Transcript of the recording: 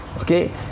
Okay